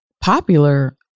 popular